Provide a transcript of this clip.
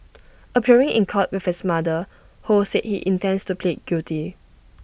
appearing in court with his mother ho said he intends to plead guilty